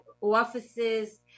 offices